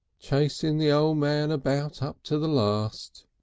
chasing the o' man about up to the last,